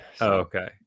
okay